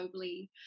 globally